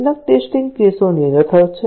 કેટલાક ટેસ્ટીંગ કેસો નિરર્થક છે